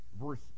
verse